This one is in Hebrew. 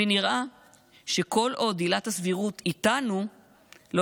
ונראה שכל עוד עילת הסבירות איתנו לא